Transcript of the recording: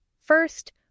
first